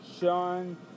Sean